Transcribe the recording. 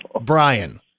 Brian